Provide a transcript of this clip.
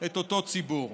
את אותו ציבור?